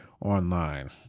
online